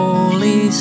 Holy